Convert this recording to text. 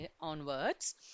onwards